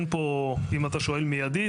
אם אתה שואל מיידית,